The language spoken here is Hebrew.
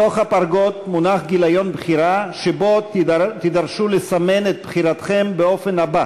בתוך הפרגוד מונח גיליון בחירה שבו תידרשו לסמן את בחירתכם באופן הבא